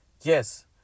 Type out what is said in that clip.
yes